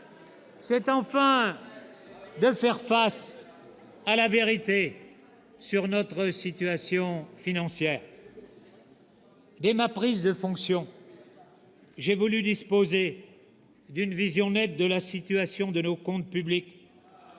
c'est enfin de faire face à la vérité sur notre situation financière. Dès ma prise de fonction, j'ai voulu disposer d'une vision nette de la situation de nos comptes publics.